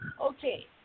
Okay